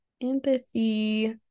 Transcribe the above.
empathy